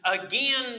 again